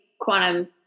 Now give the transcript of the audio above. quantum